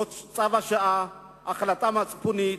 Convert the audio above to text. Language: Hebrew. זה צו השעה, החלטה מצפונית.